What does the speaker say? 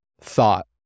thought